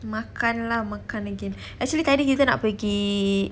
makan lah makan again actually tadi kita nak pergi